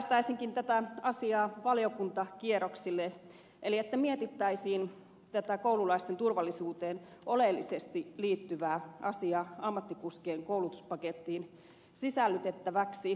evästäisinkin tätä asiaa valiokuntakierroksille eli mietittäisiin tätä koululaisten turvallisuuteen oleellisesti liittyvää asiaa ammattikuskien koulutuspakettiin sisällytettäväksi